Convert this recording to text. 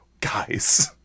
guys